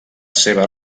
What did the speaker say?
seva